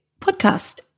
podcast